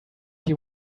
you